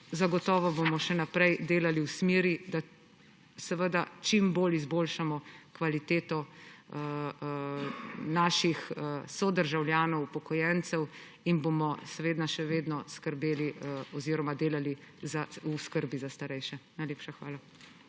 Zagotovo bomo še naprej delali v smeri, da čim bolj izboljšamo kvaliteto naših sodržavljanov, upokojencev, in bomo seveda še vedno delali v skrbi za starejše. Najlepša hvala.